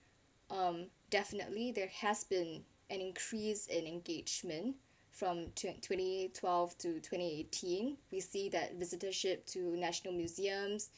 um definitely there has been an increase in engagement from two and twenty twelve to twenty eighteen we see that visitorship to national museums